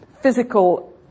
physical